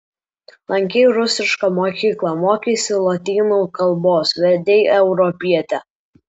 lankei rusišką mokyklą mokeisi lotynų kalbos vedei europietę